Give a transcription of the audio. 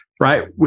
right